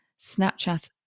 snapchat